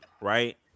right